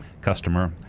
customer